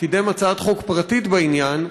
שקידם הצעת חוק פרטית בעניין,